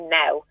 now